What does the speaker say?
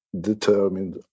determined